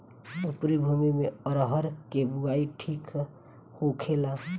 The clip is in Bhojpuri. उपरी भूमी में अरहर के बुआई ठीक होखेला?